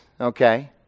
okay